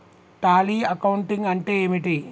Tally accounting అంటే ఏమిటి?